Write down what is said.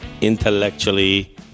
intellectually